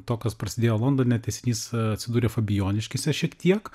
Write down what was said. to kas prasidėjo londone tęsinys atsidurė fabijoniškėse šiek tiek